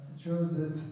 Joseph